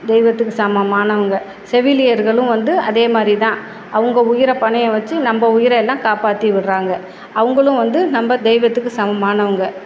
தெய்வத்துக்கு சமமானவங்க செவிலியர்களும் வந்து அதேமாதிரி தான் அவங்க உயிரை பணையம் வச்சு நம்ம உயிரை எல்லாம் காப்பாற்றி விடுறாங்க அவங்களும் வந்து நம்ம தெய்வத்துக்கு சமமானவங்க